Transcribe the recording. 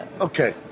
Okay